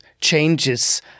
changes